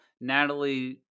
natalie